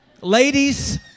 ladies